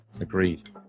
Agreed